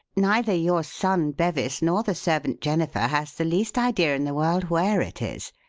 neither your son bevis nor the servant, jennifer, has the least idea in the world where it is.